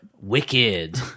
Wicked